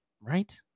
Right